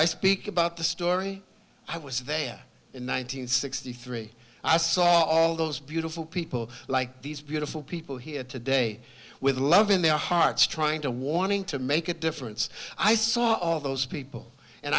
i speak about the story i was there in one thousand nine hundred sixty three i saw all those beautiful people like these beautiful people here today with love in their hearts trying to warning to make a difference i saw all those people and